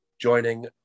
joining